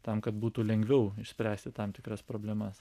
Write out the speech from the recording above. tam kad būtų lengviau išspręsti tam tikras problemas